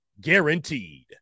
guaranteed